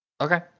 Okay